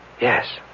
Yes